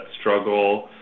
struggle